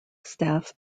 staff